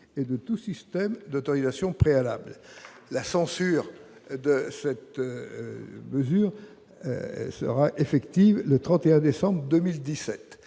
et de tout système d'autorisation préalable. La censure de cette mesure sera effective le 31 décembre 2017.